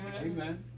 Amen